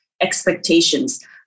expectations